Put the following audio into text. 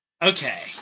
Okay